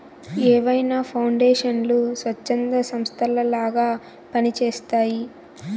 ఏవైనా పౌండేషన్లు స్వచ్ఛంద సంస్థలలాగా పని చేస్తయ్యి